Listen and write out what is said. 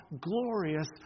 glorious